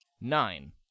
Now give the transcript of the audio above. Nine